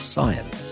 Science